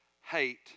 hate